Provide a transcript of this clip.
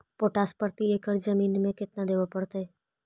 Potash प्रति एकड़ जमीन में केतना देबे पड़तै?